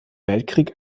weltkrieg